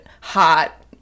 hot